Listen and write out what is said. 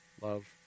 love